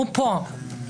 הוא פה.